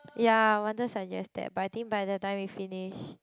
ya wanted suggest that but I think by the time we finish